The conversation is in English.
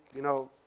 you know,